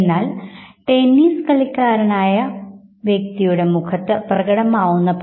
നിങ്ങൾക്ക് ഇവിടെ പ്രത്യേക ചോദക വ്യതിയാനങ്ങൾ ഒന്നും ഉണ്ടാകുന്നില്ല